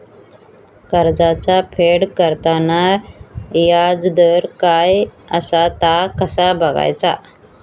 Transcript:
कर्जाचा फेड करताना याजदर काय असा ता कसा बगायचा?